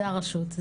זה הרשות,